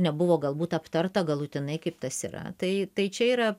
nebuvo galbūt aptarta galutinai kaip tas yra tai tai čia yra